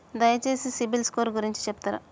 దయచేసి సిబిల్ స్కోర్ గురించి చెప్తరా?